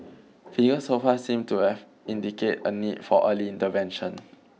figures so far seem to have indicate a need for early intervention